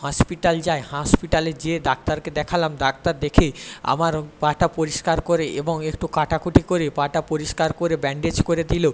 hospital যাই হসপিটালে যেয়ে ডাক্তারকে দেখালাম ডাক্তার দেখে আমার পা টা পরিষ্কার করে এবং একটু কাটাকুটি করে পা টা পরিষ্কার করে ব্যান্ডেজ করে দিল